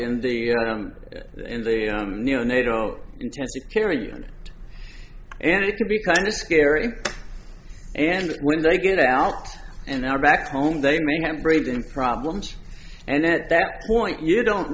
in the in the nato intensive care unit and it can be kind of scary and when they get out and they are back home they may have breathing problems and at that point you don't